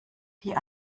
die